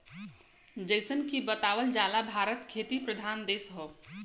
जइसन की बतावल जाला भारत खेती प्रधान देश हौ